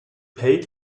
paid